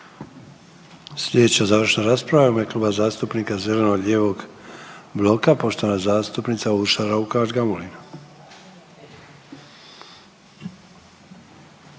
Sljedeća završna rasprava je u ime Kluba zastupnika zeleno-lijevog bloka. Poštovana zastupnica Urša Raukar Gamulin.